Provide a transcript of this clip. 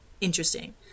Interesting